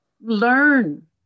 learn